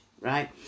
right